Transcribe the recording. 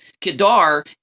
Kedar